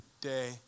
day